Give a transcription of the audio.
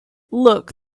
look